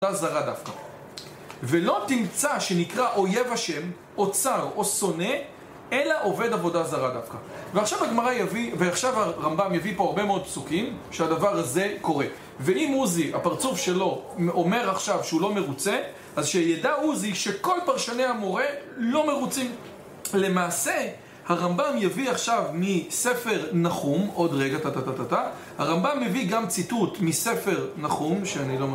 זרה דווקא. ולא תמצא שנקרא אויב השם, או צר, או שונא, אלא עובד עבודה זרה דווקא. ועכשיו הגמרא יביא, ועכשיו הרמב״ם יביא פה הרבה מאוד פסוקים שהדבר הזה קורה. ואם עוזי, הפרצוף שלו, אומר עכשיו שהוא לא מרוצה, אז שידע עוזי שכל פרשני המורה לא מרוצים. למעשה הרמב״ם יביא עכשיו מספר נחום, עוד רגע תתתתתתתתתת, הרמב״ם יביא גם ציטוט מספר נחום, שאני לא...